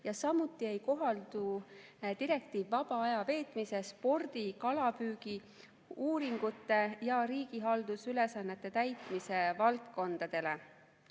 Samuti ei kohaldu direktiiv vaba aja veetmise, spordi, kalapüügi, uuringute ja riigihaldusülesannete täitmise valdkondadele.